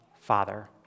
Father